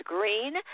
Green